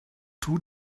two